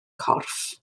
corff